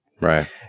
Right